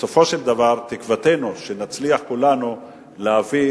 כשבסופו של דבר תקוותנו שנצליח כולנו להביא